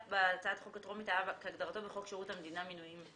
בהצעת החוק הטרומית היה כתוב "כהגדרתו בחוק שירות המדינה (מינויים)".